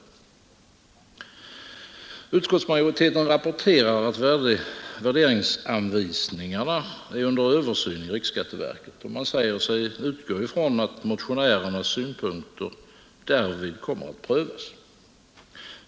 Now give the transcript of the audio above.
Utskottsmajoriteten rapporterar att värderingsanvisningarna är under översyn i riksskatteverket, och man säger sig utgå ifrån att motionärernas synpunkter därvid kommer att prövas.